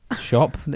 shop